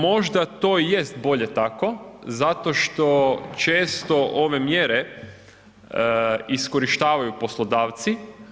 Možda to jest bolje tako zato što često ove mjere iskorištavaju poslodavci.